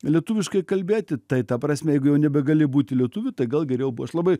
lietuviškai kalbėti tai ta prasme jeigu jau nebegali būti lietuviu tai gal geriau bu aš labai